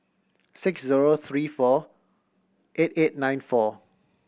six zero three four eight eight nine four